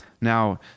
Now